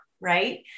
right